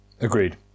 Agreed